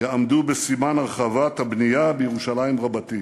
יעמדו בסימן הרחבת הבנייה בירושלים רבתי.